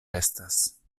estas